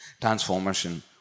Transformation